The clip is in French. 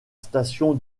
station